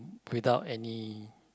without any